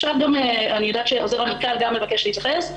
אני יודעת שעוזר המנכ"ל גם מבקש להתייחס.